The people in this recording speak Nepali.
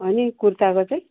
अनि कुर्ताको चाहिँ